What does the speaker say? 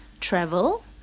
travel